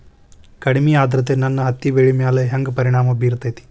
ಕಡಮಿ ಆದ್ರತೆ ನನ್ನ ಹತ್ತಿ ಬೆಳಿ ಮ್ಯಾಲ್ ಹೆಂಗ್ ಪರಿಣಾಮ ಬಿರತೇತಿ?